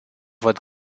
văd